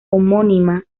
homónima